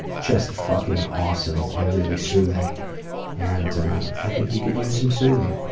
just fucking awesome and really soothing and i think you could use some soothing.